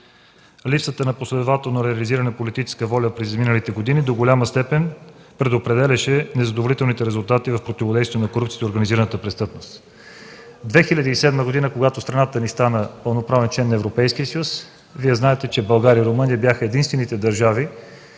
Липсата на последователно реализиране на политическа воля през изминалите години до голяма степен предопределяше незадоволителните резултати в противодействието на корупцията и организираната престъпност. През 2007 г., когато страната ни стана пълноправен член на Европейския съюз – Вие знаете, че България и Румъния бяха единствените държави,